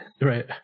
Right